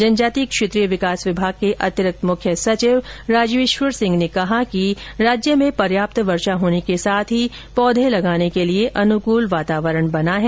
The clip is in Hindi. जनजातिय क्षेत्रीय विकास विभाग के अतिरिक्त मुख्य सचिव राजेश्वर सिंह ने कहा कि राज्य में पर्याप्त वर्षा होने के साथ ही पौधे लगाने के लिए अनुकूल वातावरण बना है